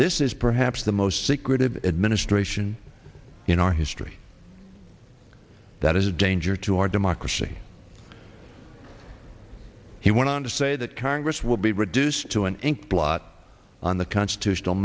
this is perhaps the most secretive administration in our history that is a danger to our democracy he went on to say that congress will be reduced to an ink blot on the constitutional